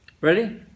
ready